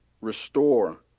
restore